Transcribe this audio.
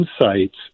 insights